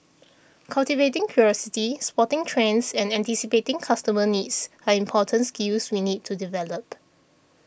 cultivating curiosity spotting trends and anticipating customer needs are important skills we need to develop